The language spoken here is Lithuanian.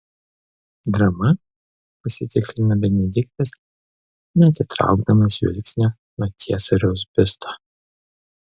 drama pasitikslino benediktas neatitraukdamas žvilgsnio nuo ciesoriaus biusto